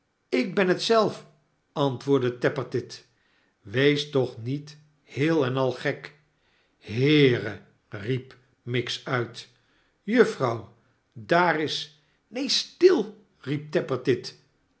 ik ben het zelf antwoordde tappertit wees toch niet heel en al gek sheere riep miggs uit sjuffrouw daar is neen still riep